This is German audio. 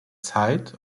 zeit